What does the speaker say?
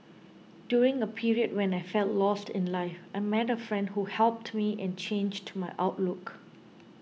during a period when I felt lost in life I met a friend who helped me and changed my outlook